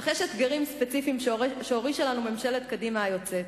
אך יש אתגרים ספציפיים שהורישה לנו ממשלת קדימה היוצאת.